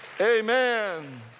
Amen